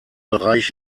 bereich